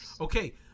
okay